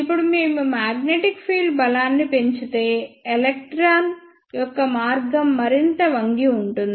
ఇప్పుడు మేము magnetic field బలాన్ని పెంచితే ఎలక్ట్రాన్ యొక్క మార్గం మరింత వంగి ఉంటుంది